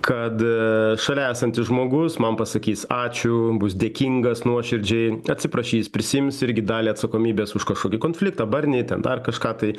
kad šalia esantis žmogus man pasakys ačiū bus dėkingas nuoširdžiai atsiprašys prisiims irgi dalį atsakomybės už kažkokį konfliktą barnį ten dar kažką tai